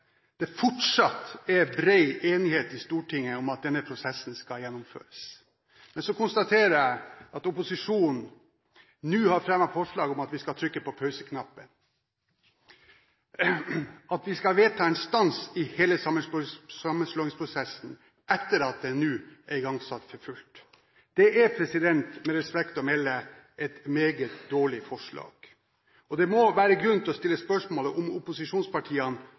det fortsatt er bred enighet i Stortinget om at denne prosessen skal gjennomføres. Men så konstaterer jeg at opposisjonen nå har fremmet forslag om at vi skal trykke på pauseknappen, at vi skal vedta en stans i hele sammenslåingsprosessen, etter at den nå er igangsatt for fullt. Det er, med respekt å melde, et meget dårlig forslag. Det er grunn til å stille spørsmålet om opposisjonspartiene